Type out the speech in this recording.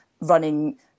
running